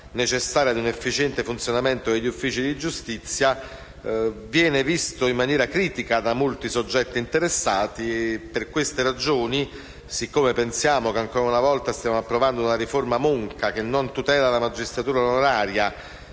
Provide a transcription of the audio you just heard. necessaria ad un efficiente funzionamento degli uffici di giustizia, viene visto in maniera critica da molti soggetti interessati. Siccome pensiamo che stiamo ancora una volta approvando una riforma monca, che non tutela la magistratura onoraria,